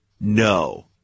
No